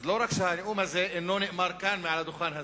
אז לא רק שהנאום הזה לא נאמר כאן, מעל הדוכן הזה,